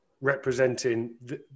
representing